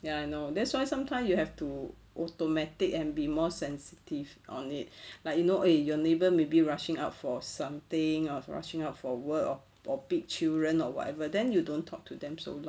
ya I know that's why sometimes you have to automatic and be more sensitive on it like you know eh your neighbor maybe rushing out for something or rushing out for work or or pick children or whatever then you don't talk to them so long